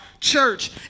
church